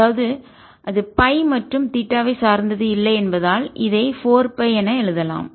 அதாவது அது பை மற்றும் தீட்டாவை சார்ந்து இல்லை என்பதால் இதை 4 பை என எழுதலாம்